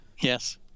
Yes